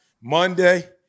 Monday